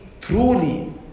truly